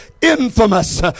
infamous